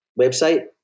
website